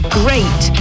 great